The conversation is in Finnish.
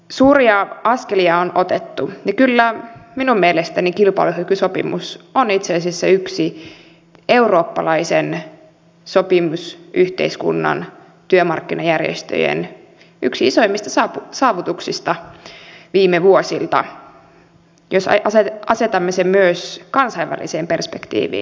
suuria askelia on otettu ja kyllä minun mielestäni kilpailukykysopimus on itse asiassa yksi eurooppalaisen sopimusyhteiskunnan työmarkkinajärjestöjen isoimmista saavutuksista viime vuosilta jos asetamme sen myös kansainväliseen perspektiiviin